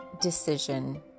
decision